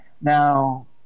Now